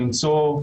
למצוא,